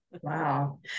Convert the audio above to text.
wow